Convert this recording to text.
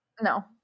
No